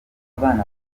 bagendaga